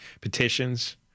petitions